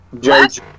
Judge